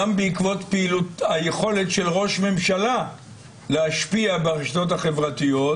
גם בעקבות היכולת של ראש הממשלה להשפיע ברשתות החברתיות,